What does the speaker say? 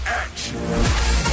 action